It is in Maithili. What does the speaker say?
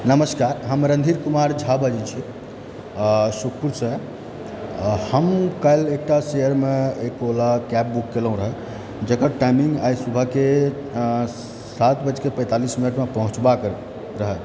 नमस्कार हम रणधीर कुमार झा बजय छी सुतपुरसँ हम काल्हि एकटा शेयरमे एक ओला कैब बुक केलहुँ हँ जकर टाइमिंग आइ सुबहके सात बजेक पैंतालिस मिनटमे पहुँचबाक रहऽ